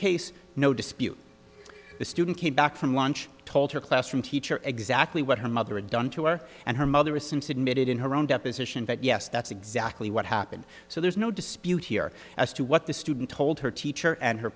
case no dispute the student came back from lunch told her classroom teacher exactly what her mother had done to her and her mother since admitted in her own deposition but yes that's exactly what happened so there's no dispute here as to what the student told her teacher and her